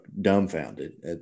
dumbfounded